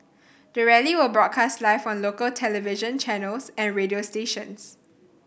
the rally will be broadcast live on local television channels and radio stations